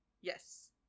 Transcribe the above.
Yes